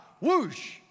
Whoosh